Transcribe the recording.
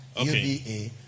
UBA